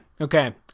Okay